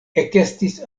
ekestis